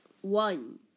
One